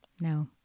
No